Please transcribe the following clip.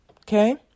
Okay